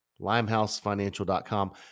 Limehousefinancial.com